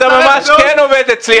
אתה ממש כן עובד אצלי.